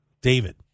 David